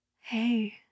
hey